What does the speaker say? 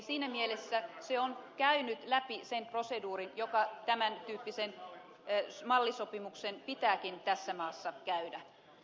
siinä mielessä se on käynyt läpi sen proseduurin joka tämän tyyppisen mallisopimuksen pitääkin tässä maassa käydä